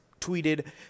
tweeted